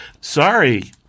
sorry